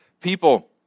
people